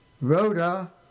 Rhoda